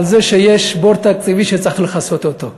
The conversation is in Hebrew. על זה שיש בור תקציבי שצריך לכסות אותו.